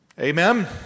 Amen